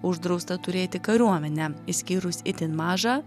uždrausta turėti kariuomenę išskyrus itin mažą